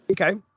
Okay